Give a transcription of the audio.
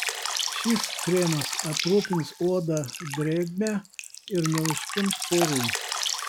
šis kremas aprūpins odą drėgme ir neužkimš porų